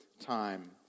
time